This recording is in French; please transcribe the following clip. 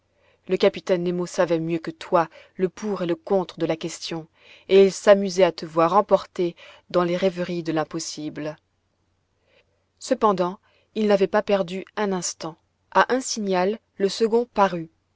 le capitaine nemo savait mieux que toi le pour et le contre de la question et il s'amusait à te voir emporté dans les rêveries de l'impossible cependant il n'avait pas perdu un instant a un signal le second parut